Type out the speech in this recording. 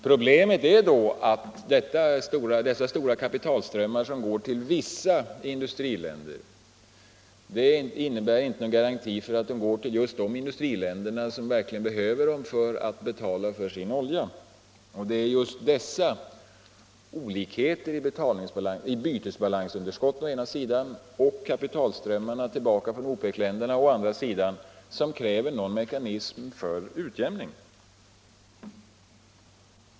Problemet är dock att dessa stora kapitalströmmar som går till vissa i-länder inte innebär någon garanti för att de går till just de i-länder som verkligen behöver dem för att kunna betala sin olja. Det är dessa olikheter i bytesbalansunderskotten å ena sidan och kapitalströmmarna tillbaka från OPEC-länderna å andra sidan som kräver någon mekanism för utjämning.